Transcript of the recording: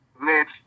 Mitch